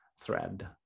thread